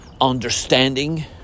understanding